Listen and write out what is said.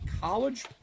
college